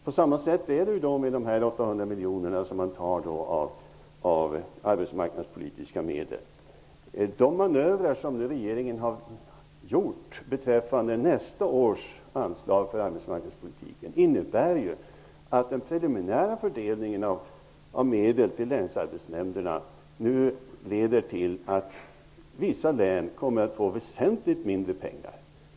På samma sätt är det med de 800 miljonerna som tas från de arbetsmarknadspolitiska medlen. De manövrar som regeringen har gjort beträffande nästa års anslag för arbetsmarknadspolitiken innebär ju att den preliminära fördelningen av medlen till länsarbetsnämnderna leder till att vissa län kommer att få väsentligt mindre pengar.